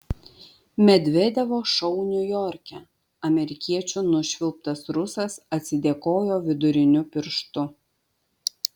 medvedevo šou niujorke amerikiečių nušvilptas rusas atsidėkojo viduriniu pirštu